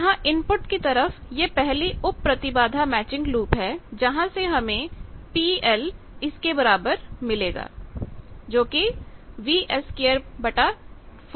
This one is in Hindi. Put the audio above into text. यहां इनपुट की तरफ यह पहली उप प्रतिबाधा मैचिंग लूप है जहां से हमें PL Vs24RL के बराबर मिलेगा